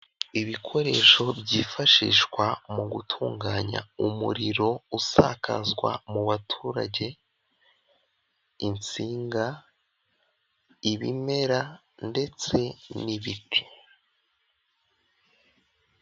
Ibikoresho byifashishwa mu gutunganya umuriro usakazwa mu baturage, insinga, ibimera ndetse n'ibiti.